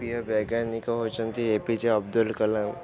ପ୍ରିୟ ବୈଜ୍ଞାନିକ ହେଉଛନ୍ତି A P J Abdul Kalam